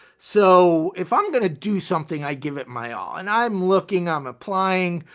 so if i'm going to do something, i give it my all. and i'm looking, i'm applying.